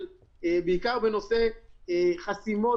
בעיקר בנושא חסימות,